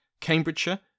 Cambridgeshire